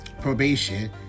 probation